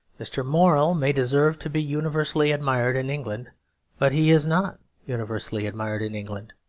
mr. morel may deserve to be universally admired in england but he is not universally admired in england.